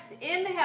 inhale